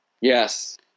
Yes